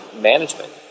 management